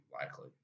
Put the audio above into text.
likely